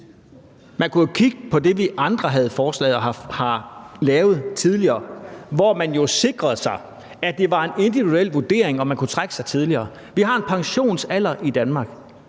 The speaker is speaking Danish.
Man kunne jo kigge på det, som vi andre har foreslået og lavet tidligere, hvor man har sikret sig, at det var en individuel vurdering af, om man kunne trække sig tidligere. Vi har en pensionsalder i Danmark,